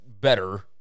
better